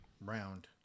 round